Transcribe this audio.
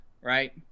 right